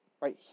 right